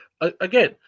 again